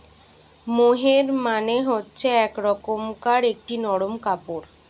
মোহের মানে হচ্ছে এক রকমকার একটি নরম কাপড়